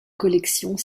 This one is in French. collections